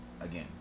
again